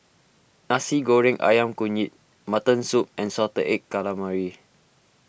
Nasi Goreng Ayam Kunyit Mutton Soup and Salted Egg Calamari